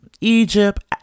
Egypt